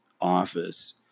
office